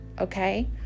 Okay